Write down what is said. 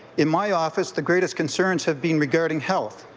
in my office, the greatest concerns have been regarding health,